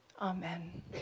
Amen